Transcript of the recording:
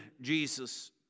Jesus